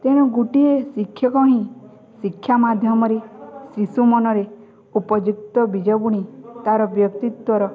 ତେଣୁ ଗୋଟିଏ ଶିକ୍ଷକ ହିଁ ଶିକ୍ଷା ମାଧ୍ୟମରେ ଶିଶୁ ମନରେ ଉପଯୁକ୍ତ ବିଜ ବୁଣି ତା'ର ବ୍ୟକ୍ତିତ୍ୱର